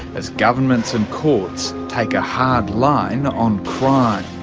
as governments and courts take a hard line on crime.